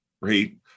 Right